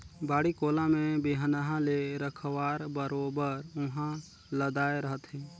बाड़ी कोला में बिहन्हा ले रखवार बरोबर उहां लदाय रहथे